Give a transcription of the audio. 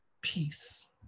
peace